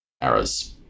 errors